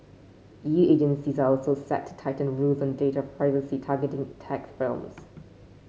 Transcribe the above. E U agencies are also set to tighten rules on data privacy targeting tech films